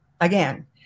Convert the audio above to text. again